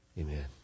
Amen